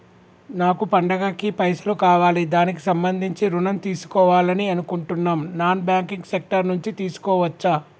నాకు పండగ కి పైసలు కావాలి దానికి సంబంధించి ఋణం తీసుకోవాలని అనుకుంటున్నం నాన్ బ్యాంకింగ్ సెక్టార్ నుంచి తీసుకోవచ్చా?